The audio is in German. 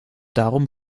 darum